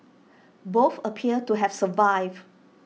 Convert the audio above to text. both appeared to have survived